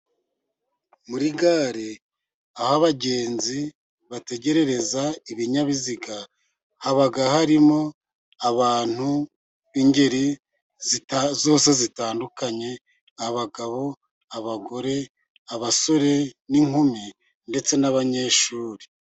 Muri gare aho abagenzi bategerereza ibinyabiziga, haba harimo abantu b'ingeri zose zitandukanye; abagabo, abagore, abasore n'inkumi ndetse n'abanyeshuri.